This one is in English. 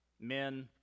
Men